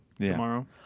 tomorrow